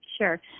Sure